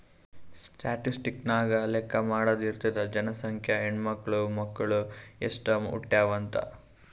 statistics ನಾಗ್ ಲೆಕ್ಕಾ ಮಾಡಾದು ಇರ್ತುದ್ ಜನಸಂಖ್ಯೆ, ಹೆಣ್ಮಕ್ಳು, ಮಕ್ಕುಳ್ ಎಸ್ಟ್ ಹುಟ್ಯಾವ್ ಅಂತ್